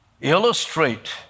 illustrate